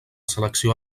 selecció